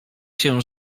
się